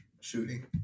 shooting